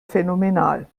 phänomenal